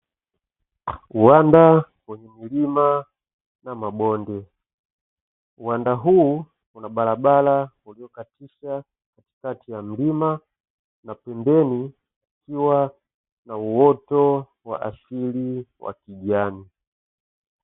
Uwanda wenye milima na mabonde, uwanda huu una barabara iliyokatishwa katikati ya mlima na pembeni kukiwa na uoto wa asili wa kijani.